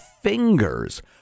fingers